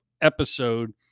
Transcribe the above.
episode